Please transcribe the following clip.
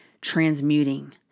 transmuting